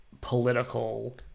political